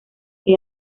que